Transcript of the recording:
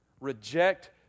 Reject